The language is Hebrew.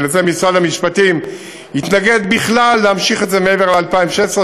שמשרד המשפטים התנגד בכלל להמשיך את זה מעבר ל-2016,